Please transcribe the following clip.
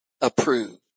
approved